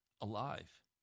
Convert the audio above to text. alive